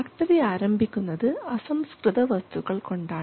factory ആരംഭിക്കുന്നത് അസംസ്കൃതവസ്തുക്കൾ കൊണ്ടാണ്